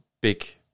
big